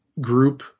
group